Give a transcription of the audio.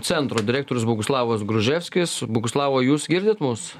centro direktorius boguslavas gruževskis boguslavai o jūs girdit mus